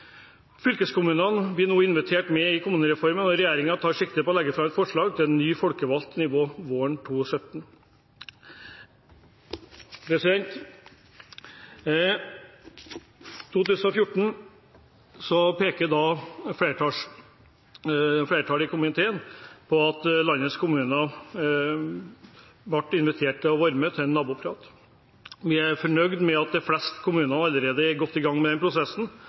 Fylkeskommunene blir nå invitert med i kommunereformen, og regjeringen tar sikte på å legge fram et forslag til et nytt folkevalgt nivå våren 2017. Flertallet i komiteen peker på at landets kommuner i 2014 ble invitert til å bli med på en naboprat. Vi er fornøyd med at de fleste kommuner allerede er godt i gang med den prosessen,